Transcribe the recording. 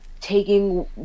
taking